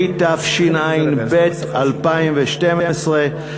התשע"ב 2012,